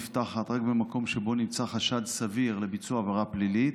נפתחת רק במקום שבו נמצא חשד סביר לביצוע עבירה פלילית.